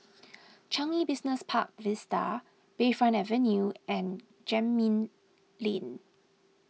Changi Business Park Vista Bayfront Avenue and Gemmill Lane